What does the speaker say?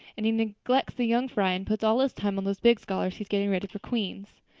and he neglects the young fry and puts all his time on those big scholars he's getting ready for queen's.